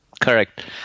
Correct